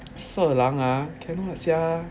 色狼 ah cannot sia